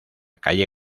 calle